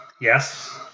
Yes